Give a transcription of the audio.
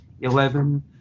Eleven